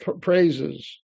praises